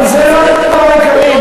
אבל זה לא הדבר העיקרי.